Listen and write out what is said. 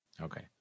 Okay